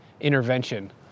intervention